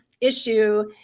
issue